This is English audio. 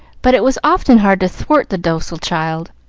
but it was often hard to thwart the docile child,